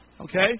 Okay